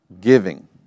giving